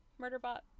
Murderbot